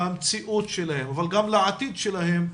למציאות שלהם אבל גם לעתיד שלהם,